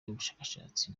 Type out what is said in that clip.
n’ubushakashatsi